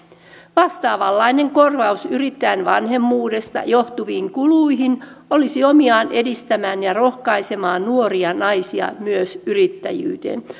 vastaavanlainen korvaus yrittäjän vanhemmuudesta johtuviin kuluihin olisi omiaan edistämään ja rohkaisemaan nuoria naisia myös yrittäjyyteen